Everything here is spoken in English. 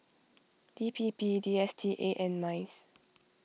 D P P D S T A and Minds